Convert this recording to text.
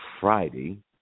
Friday